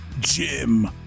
Jim